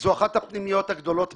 זו אחת הפנימיות הגדולות בארץ.